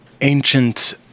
ancient